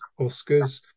Oscars